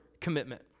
commitment